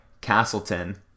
Castleton